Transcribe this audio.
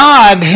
God